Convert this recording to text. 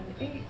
eight